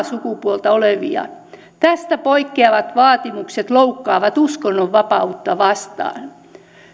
sukupuolta olevia tästä poikkeavat vaatimukset loukkaavat uskonnonvapautta vastaan